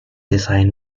design